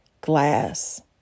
glass